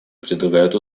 предлагают